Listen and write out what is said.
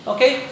Okay